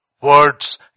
Words